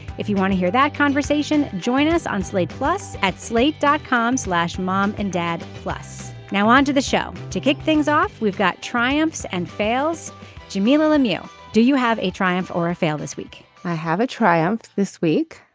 if you want to hear that conversation join us on slate plus at slate dot com slash mom and dad. plus now onto the show to kick things off. we've got triumphs and fails jamilah lemieux. do you have a triumph or a fail this week i have a triumph this week.